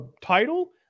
title